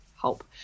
help